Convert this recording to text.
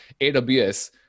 AWS